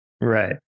Right